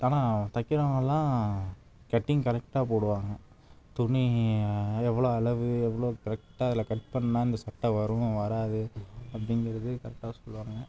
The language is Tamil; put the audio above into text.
ஆனால் தைக்கிறவங்கள்லாம் கட்டிங் கரெக்டாக போடுவாங்க துணி எவ்வளோ அளவு எவ்வளோ கரெக்டாக அதில் கட் பண்ணிணா இந்த சட்டை வரும் வராது அப்படிங்கிறது கரெக்டாக சொல்லுவாங்கள்